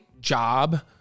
job